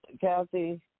Kathy